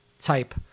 type